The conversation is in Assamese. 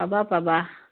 পাবা পাবা